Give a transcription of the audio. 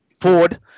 Ford